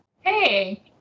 Hey